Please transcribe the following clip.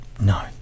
No